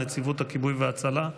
נציבות הכיבוי וההצלה,